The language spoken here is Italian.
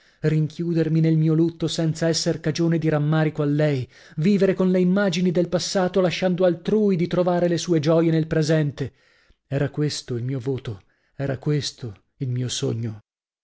rinchiudermi nel mio lutto senza esser cagione di rammarico a lei vivere con le immagini del passato lasciando altrui di trovare le sue gioie nel presente era questo il mio voto era questo il mio sogno